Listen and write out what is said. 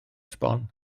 sbon